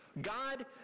God